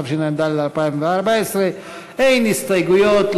התשע"ד 2014. אין הסתייגויות,